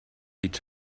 each